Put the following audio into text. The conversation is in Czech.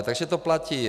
Takže to platí.